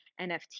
NFT